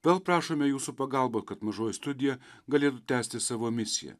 vėl prašome jūsų pagalbą kad mažoji studija galėtų tęsti savo misiją